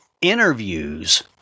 interviews